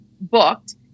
booked